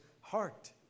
heart